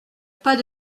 pas